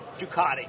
Ducati